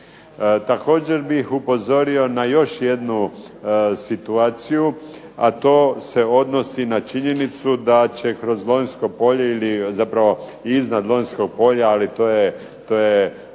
Također bih upozorio na još jednu situaciju, a to se odnosi na činjenicu da će kroz Lonjsko polje ili zapravo iznad Lonjskog polja, ali to je Sava,